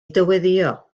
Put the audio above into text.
dyweddïo